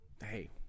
hey